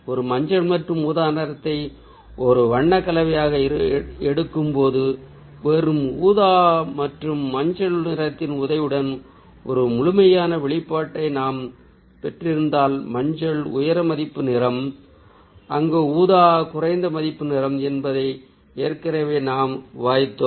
ஒரு மஞ்சள் மற்றும் ஊதா நிறத்தை ஒரு வண்ண கலவையாக எடுக்கும்போது வெறும் ஊதா மற்றும் மஞ்சள் நிறத்தின் உதவியுடன் ஒரு முழுமையான வெளிப்பாட்டை நாம் பெற்றிருந்தால் மஞ்சள் உயர் மதிப்பு நிறம் அங்கு ஊதா குறைந்த மதிப்பு நிறம் என்பதை ஏற்கனவே நாம் விவாதித்தோம்